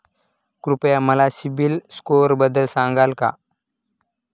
कृपया मला सीबील स्कोअरबद्दल सांगाल का?